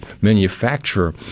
manufacturer